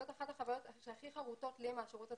זו אחת החוויות שהכי חרותות לי מהשירות הצבאי,